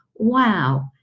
wow